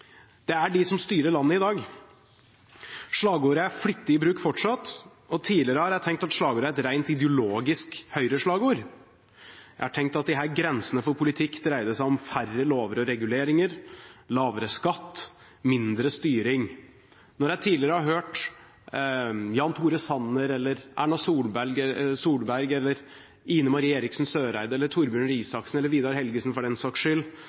er de som styrer landet i dag. Slagordet er flittig brukt fortsatt, og tidligere har jeg tenkt at slagordet er et rent ideologisk Høyre-slagord. Jeg har tenkt at disse grensene for politikk dreide seg om færre lover og reguleringer, lavere skatt og mindre styring. Når jeg tidligere har hørt Jan Tore Sanner, Erna Solberg, Ine M. Eriksen Søreide eller Torbjørn Røe Isaksen, eller Vidar Helgesen for den saks skyld,